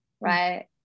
right